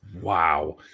Wow